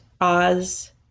Oz